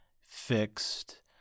fixed